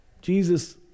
Jesus